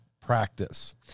practice